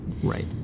Right